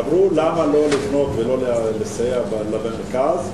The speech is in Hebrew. אמרו למה לא לבנות ולא לסייע למרכז,